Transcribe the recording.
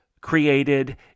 created